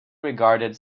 regarded